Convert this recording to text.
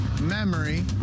memory